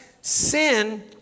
sin